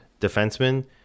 defenseman